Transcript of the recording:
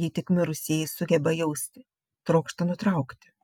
jei tik mirusieji sugeba jausti trokšta nutraukti